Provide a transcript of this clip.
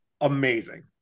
amazing